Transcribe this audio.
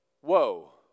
Whoa